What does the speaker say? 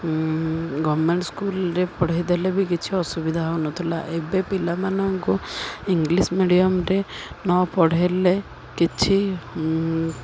government ସ୍କୁଲରେ ପଢ଼ାଇଦେଲେ ବି କିଛି ଅସୁବିଧା ହଉନଥିଲା ଏବେ ପିଲାମାନଙ୍କୁ ଇଂଲିଶ୍ ମିଡ଼ିୟମରେ ନ ପଢ଼େଇଲେ କିଛି